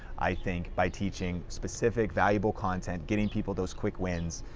i think, by teaching specific, valuable content, getting people those quick wins.